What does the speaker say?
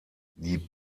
die